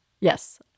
Yes